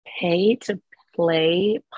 Pay-to-play